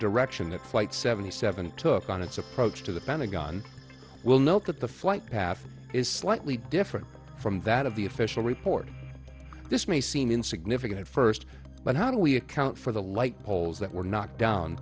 direction that flight seventy seven took on its approach to the pentagon will note that the flight path is slightly different from that of the official report this may seem insignificant at first but how do we account for the light poles that were knocked down